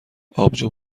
آبجو